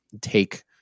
take